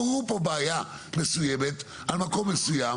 עוררו פה בעיה מסוימת על מקום מסוים,